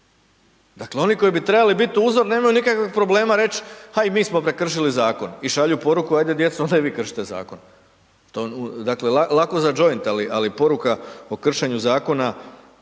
Dakle oni koji bi trebali biti uzor, nemaju nikakvih problema reći ha, i mi smo prekršili Zakon, i šalju poruku hajde djeco onda i vi kršite Zakon. Dakle, lako za joint, ali poruka o kršenju Zakona